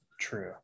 true